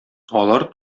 алар